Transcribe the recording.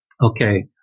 okay